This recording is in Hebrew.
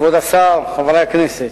כבוד השר, חברי הכנסת,